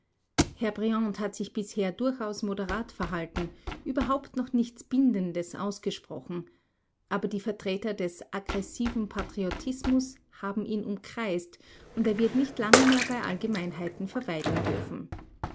herr briand hat sich bisher durchaus moderat verhalten überhaupt noch nichts bindendes ausgesprochen aber die vertreter des aggressiven patriotismus haben ihn umkreist und er wird nicht lange mehr bei allgemeinheiten verweilen dürfen